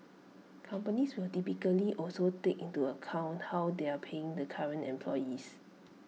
companies will typically also take into account how they are paying the current employees